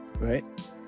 Right